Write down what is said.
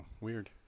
weird